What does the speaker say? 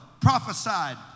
prophesied